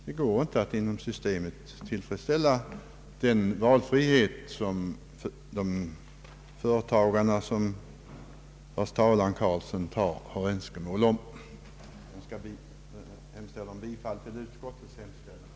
Det går nämligen inte att inom systemet tillgodose den valfrihet som de företagare, vars talan herr Eric Carlsson för, har uttryckt önskemål om. Herr talman! Jag yrkar bifall till utskottets hemställan.